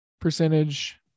percentage